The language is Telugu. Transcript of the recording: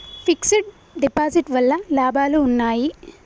ఫిక్స్ డ్ డిపాజిట్ వల్ల లాభాలు ఉన్నాయి?